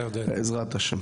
בעזרת השם.